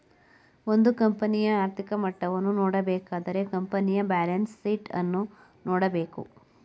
ಒಂದು ಕಂಪನಿಯ ಆರ್ಥಿಕ ಮಟ್ಟವನ್ನು ನೋಡಬೇಕಾದರೆ ಕಂಪನಿಯ ಬ್ಯಾಲೆನ್ಸ್ ಶೀಟ್ ಅನ್ನು ನೋಡಬೇಕು